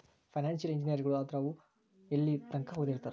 Financial ಇಂಜಿನಿಯರಗಳು ಆದವ್ರು ಯೆಲ್ಲಿತಂಕಾ ಓದಿರ್ತಾರ?